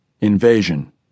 INVASION